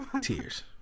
Tears